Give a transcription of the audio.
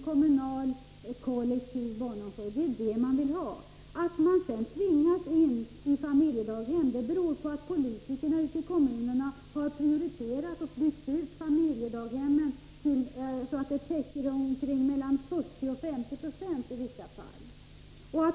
kommunal, kollektiv barnomsorg. Det är vad de vill ha. Att sedan barnen tvingas in i familjedaghem beror på att politikerna i kommunerna har prioriterat och byggt ut dessa hem, så att de i vissa fall täcker 40-50 26 av barnomsorgen.